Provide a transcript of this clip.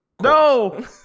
No